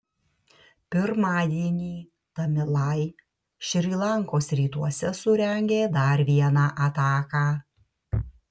pirmadienį tamilai šri lankos rytuose surengė dar vieną ataką